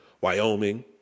Wyoming